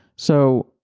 so